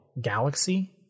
Galaxy